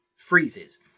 freezes